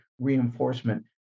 reinforcement